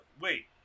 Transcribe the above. Wait